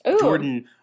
Jordan